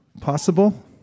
Possible